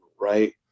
Right